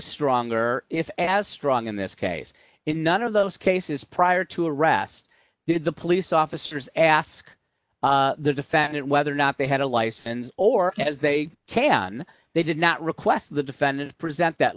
stronger or is as strong in this case in none of those cases prior to arrest did the police officers ask the defendant whether or not they had a license or as they can they did not request the defendant present that